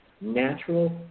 natural